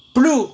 blue